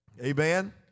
Amen